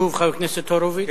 שוב, חבר הכנסת הורוביץ.